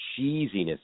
cheesiness